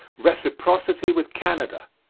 reciprocity with canada.